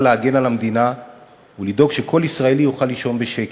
להגן על המדינה ולדאוג שכל ישראלי יוכל לישון בשקט.